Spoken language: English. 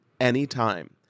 anytime